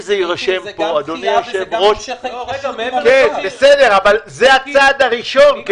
זה הצעד הראשון.